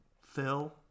Phil